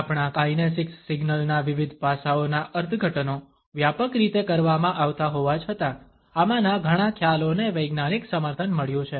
આપણા kinesics signal ના વિવિધ પાસાઓના અર્થઘટનો વ્યાપક રીતે કરવામાં આવતા હોવા છતાં આમાંના ઘણા ખ્યાલોને વૈજ્ઞાનિક સમર્થન મળ્યું છે